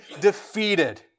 defeated